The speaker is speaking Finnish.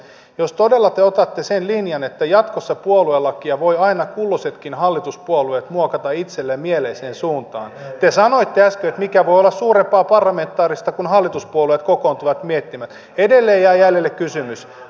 jos todella te otatte sen linjan että jatkossa puoluelakia voivat aina kulloisetkin hallituspuolueet muokata itselleen mieleiseen suuntaan te sanoitte äsken että mikä voi olla suurempaa parlamentaarista kuin se että hallituspuolueet kokoontuvat miettimään edelleen jää jäljelle kysymys